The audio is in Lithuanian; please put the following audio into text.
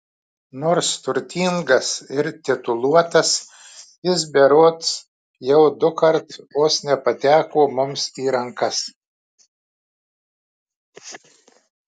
nors turtingas ir tituluotas jis berods jau dukart vos nepateko mums į rankas